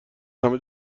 همه